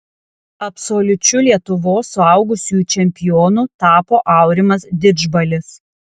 absoliučiu lietuvos suaugusiųjų čempionu tapo aurimas didžbalis